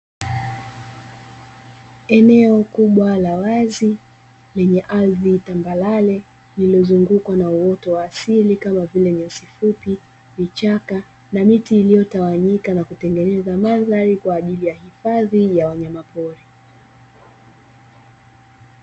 Eneo kubwa la wazi lenye ardhi tambarare lililozungukwa na uoto wa asili kama vile; nyasi fupi, vichaka na miti iliyotawanyika na kutengeneza mandhari kwa ajili ya hifadhi ya wanyamapori.